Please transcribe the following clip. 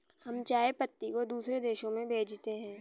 हम चाय पत्ती को दूसरे देशों में भेजते हैं